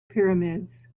pyramids